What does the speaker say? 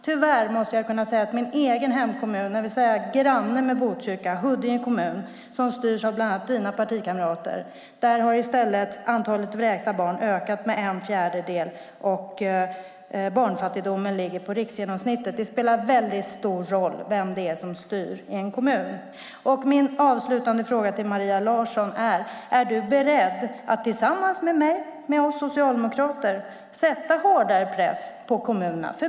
Tyvärr måste jag säga att i min egen hemkommun Huddinge, som är granne med Botkyrka, och som styrs av bland andra ministerns partikamrater, har i stället antalet vräkta barn ökat med en fjärdedel, och barnfattigdomen ligger på riksgenomsnittet. Det spelar väldigt stor roll vem det är som styr i en kommun. Min avslutande fråga till Maria Larsson är: Är du beredd att tillsammans med mig och oss socialdemokrater sätta hårdare press på kommunerna?